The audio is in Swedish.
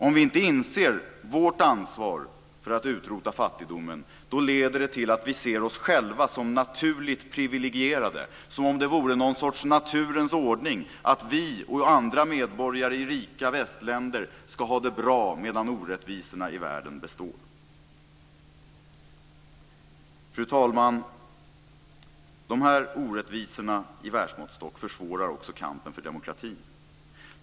Om vi inte inser vårt ansvar för att utrota fattigdomen leder det till att vi ser oss själva som naturligt privilegierade, som om det vore någon sorts naturens ordning att vi och andra medborgare i rika västländer ska ha det bra medan orättvisorna i världen består. Fru talman! De här orättvisorna i världsmåttstock försvårar också kampen för demokratin.